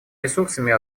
ресурсами